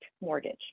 mortgage